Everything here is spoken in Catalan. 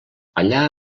allà